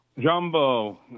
Jumbo